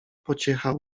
pociecha